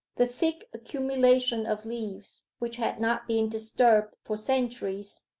the thick accumulation of leaves, which had not been disturbed for centuries,